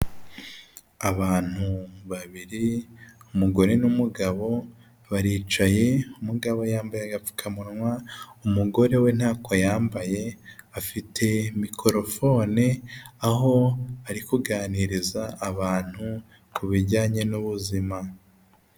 Abantu babiri umugore n'umugabo baricaye, umugabo yambaye agapfukamunwa umugore we ntako yambaye bafite mikorofone aho bari kuganiriza abantu kubijyanye n'ubuzima.